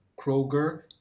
Kroger